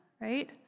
right